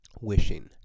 Wishing